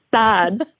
sad